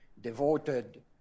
devoted